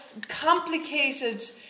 complicated